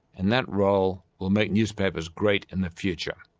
and that role will make newspapers great in the future.